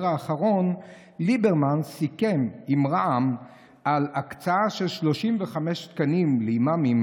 האחרון ליברמן סיכם עם רע"מ על הקצאה של 35 תקנים לאימאמים,